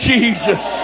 Jesus